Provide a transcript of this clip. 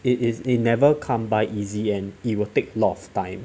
it is it never come by easy and it will take lots of time